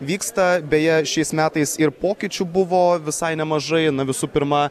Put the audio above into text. vyksta beje šiais metais ir pokyčių buvo visai nemažai na visų pirma